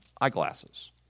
eyeglasses